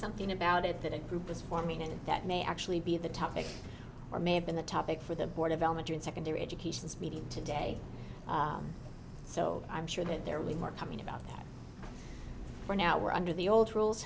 something about it that a group is forming and that may actually be the topic or may have been the topic for the board of elementary and secondary education is meeting today so i'm sure that there was more coming about that for now we're under the old rules